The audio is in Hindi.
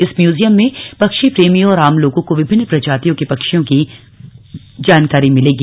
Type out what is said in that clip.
इस म्यूजियम में पक्षी प्रेमियों और आम लोगों को विभिन्न प्रजातियों के पक्षियों की जानकारी मिलेगी